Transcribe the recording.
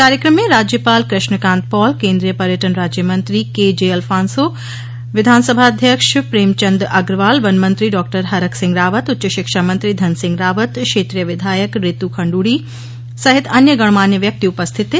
कार्यक्रम में राज्यपाल कृष्ण कान्त पॉल केंद्रीय पर्यटन राज्य मंत्री के र्जे अल्फांसो विधानसभा अध्यक्ष प्रेमचंद अग्रवाल वन मंत्री डॉ हरक सिंह रावत उच्च शिक्षा मंत्री धन सिंह रावत क्षेत्रीय विधायक रित खंड्ड़ी सहित अन्य गणमान्य व्यक्ति उपस्थित थे